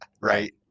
right